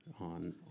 on